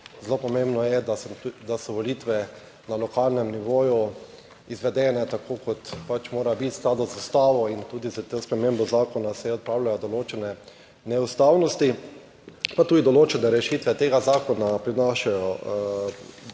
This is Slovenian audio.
zelo pomembno je, da se, da so volitve na lokalnem nivoju izvedene tako kot pač mora biti v skladu z Ustavo in tudi s to spremembo zakona se odpravljajo določene neustavnosti, pa tudi določene rešitve tega zakona prinašajo določen